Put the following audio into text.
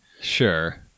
Sure